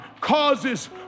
causes